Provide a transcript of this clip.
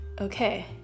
okay